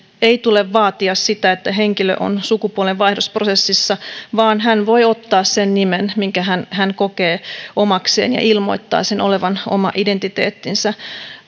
ei tule vaatia sitä että henkilö on sukupuolenvaihdosprosessissa vaan hän voi ottaa sen nimen minkä hän hän kokee omakseen ja ilmoittaa sen olevan oma identiteettinsä